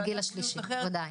בגיל השלישי, ודאי.